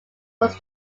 was